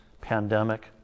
pandemic